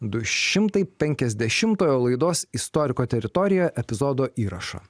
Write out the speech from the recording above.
du šimtai penkiasdešimtojo laidos istoriko teritorija epizodo įrašą